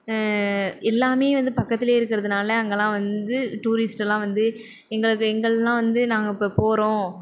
எல்லாமே வந்து பக்கத்திலே இருக்கிறதுனால அங்கெலாம் வந்து டூரிஸ்டெலாம் வந்து எங்களுக்கு எங்கள்லாம் வந்து நாங்கள் இப்போ போகிறோம்